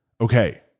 okay